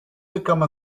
become